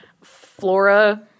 flora